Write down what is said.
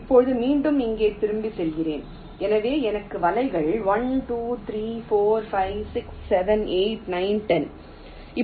இப்போது மீண்டும் இங்கே திரும்பிச் செல்கிறேன் எனவே எனக்கு வலைகள் 1 2 3 4 5 6 7 8 9 10 உள்ளது